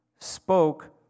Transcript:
spoke